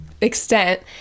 extent